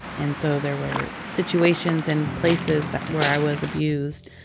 and so there were situations and places that where i was abused,